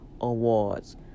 Awards